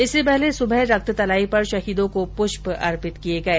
इससे पहले सुबह रक्त तलाई पर शहीदों को पुष्प अर्पित किये गये